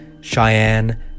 Cheyenne